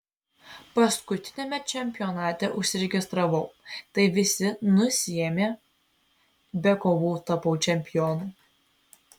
paskutiniame čempionate užsiregistravau tai visi nusiėmė be kovų tapau čempionu